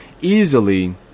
easily